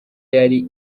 yari